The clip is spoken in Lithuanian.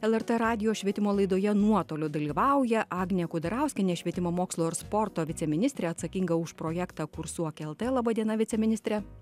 lrt radijo švietimo laidoje nuotoliu dalyvauja agnė kudarauskienė švietimo mokslo ir sporto viceministrė atsakinga už projektą kursuok lt laba diena viceministre